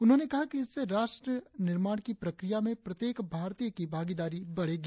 उन्होंने कहा कि इससे राष्ट्र निर्माण की प्रक्रिया में प्रत्येक भारतीय की भागीदारी बढ़ेगी